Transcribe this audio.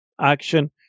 action